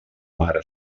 mare